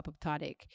apoptotic